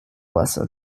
lesson